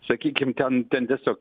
sakykim ten ten tiesiog